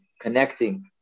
connecting